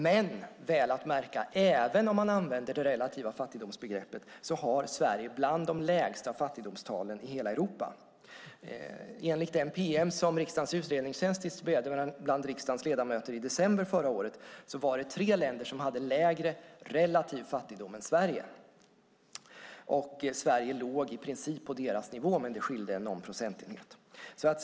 Men, väl att märka, även om man använder det relativa fattigdomsbegreppet har Sverige bland de lägsta fattigdomstalen i hela Europa. Enligt det pm som riksdagens utredningstjänst distribuerade till riksdagens ledamöter i december förra året var det tre länder som hade lägre relativ fattigdom än Sverige. Sverige låg i princip på deras nivå, men det skilde någon procentenhet.